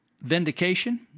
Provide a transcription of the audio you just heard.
vindication